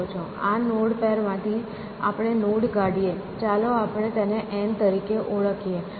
આ નોડ પેરમાંથી આપણે નોડ કાઢીએ ચાલો આપણે તેને n તરીકે ઓળખીયે